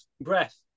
breath